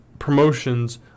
Promotions